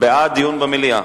בעד דיון במליאה.